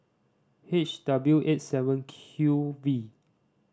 H W eight seven Q V